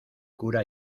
cura